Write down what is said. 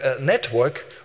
network